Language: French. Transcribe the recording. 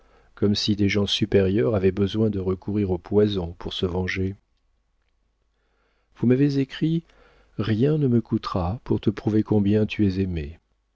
comme si des gens supérieurs avaient besoin de recourir au poison pour se venger vous m'avez écrit rien ne me coûtera pour te prouver combien tu es aimé